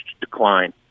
decline